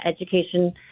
Education